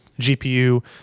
GPU